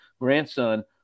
grandson